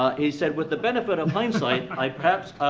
ah he said, with the benefit of hindsight, i perhaps,